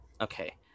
Okay